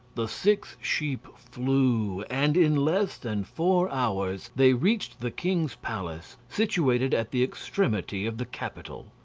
the six sheep flew, and in less than four hours they reached the king's palace situated at the extremity of the capital.